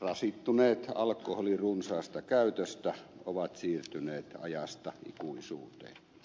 rasittuneet alkoholin runsaasta käytöstä ovat siirtyneet ajasta ikuisuuteen